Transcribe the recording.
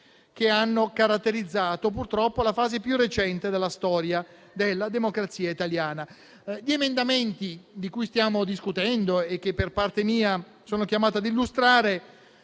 che hanno caratterizzato, purtroppo, la fase più recente della storia della democrazia italiana. Gli emendamenti di cui stiamo discutendo e che, per parte mia, sono chiamato a illustrare